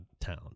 town